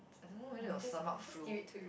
I don't know whether it was stomach flu